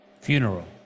Funeral